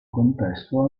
contesto